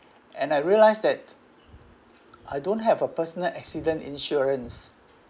and I realise that I don't have a personal accident insurance